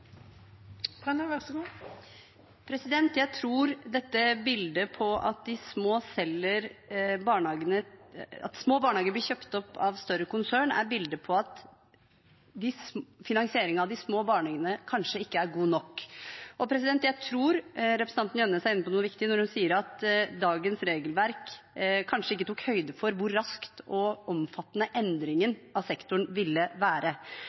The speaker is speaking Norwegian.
Jeg tror dette bildet der små barnehager blir kjøpt opp av større konsern, er et bilde på at finansieringen av de små barnehagene kanskje ikke er god nok. Jeg tror representanten Jønnes er inne på noe viktig når hun sier at dagens regelverk kanskje ikke tok høyde for hvor raskt og omfattende endringen av sektoren ville være.